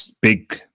big